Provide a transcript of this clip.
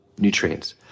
Nutrients